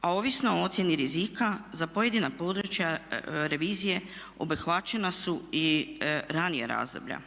a ovisno o ocjeni rizika za pojedina područja revizije obuhvaćena su i ranija razdoblja.